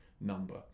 number